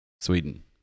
Sweden